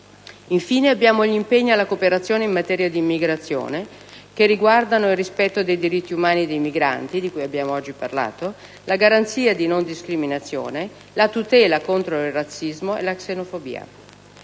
infine gli impegni alla cooperazione in materia di immigrazione, che riguardano il rispetto dei diritti umani dei migranti (di cui oggi abbiamo parlato), la garanzia di non discriminazione, la tutela contro il razzismo e la xenofobia;